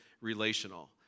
relational